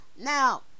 Now